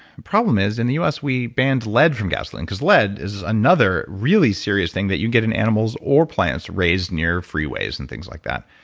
problem is in the us, we banned lead from gasoline because lead is another really serious thing that you get in animals or plants raised near freeways and things like that.